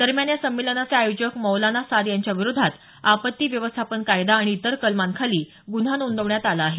दरम्यान या संमेलनाचे आयोजक मौलाना साद यांच्याविरोधात आपत्ती व्यवस्थापन कायदा आणि इतर कलमांखाली गुन्हा नोंदवण्यात आला आहे